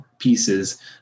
pieces